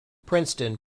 princeton